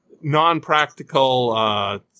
non-practical